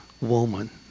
woman